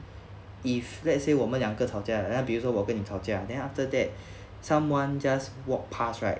if let's say 我们两个吵架 eh 比如说我跟你吵架 then after that someone just walk pass right